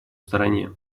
стороне